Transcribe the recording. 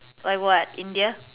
like what India